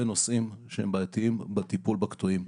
נושאים שהם בעייתיים בטיפול בקטועים.